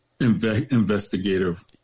investigative